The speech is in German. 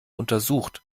untersucht